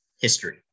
history